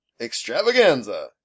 Extravaganza